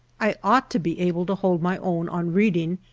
i ought to be able to hold my own on reading,